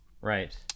right